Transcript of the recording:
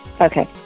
Okay